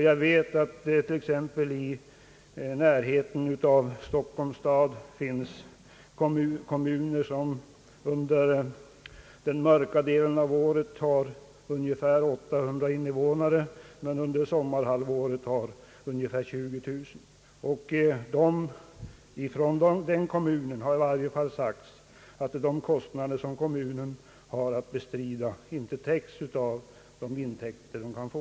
Jag vet att det t.ex. i närheten av Stockholms stad finns kommuner som under den mörka delen av året har ungefär 800 invånare men under sommarhalvåret kanske 20000. Från den kommunen har det i varje fail sagts att de kostnader kommunen har ati bestrida inte täcks av de intäkter den kan få.